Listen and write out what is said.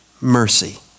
mercy